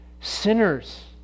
Sinners